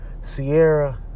Sierra